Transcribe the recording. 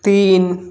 तीन